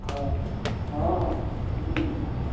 ᱦᱚᱸ ᱦᱚᱸ ᱦᱚᱸ ᱦᱤᱡᱩᱜ ᱵᱤᱱ